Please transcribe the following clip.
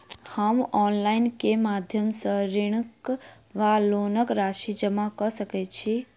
हम ऑनलाइन केँ माध्यम सँ ऋणक वा लोनक राशि जमा कऽ सकैत छी?